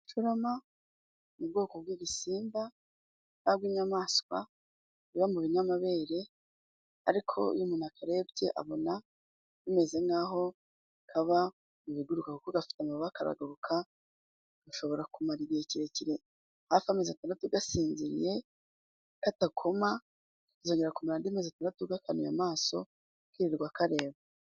Agacurama ni ubwoko bw'ibisimba cyangwa inyamaswa iba mu binyamabere, ariko iyo umuntu akarebye abona bimeze nkaho kaba mu biguruka kuko gafite amababa karaguruka, gashobora kumara igihe kirekire hafi amezi atandatu gasinziriye, katakoma, kakazongera kumara andi mezi atandatu gakanuye amaso, kirirwa kareba.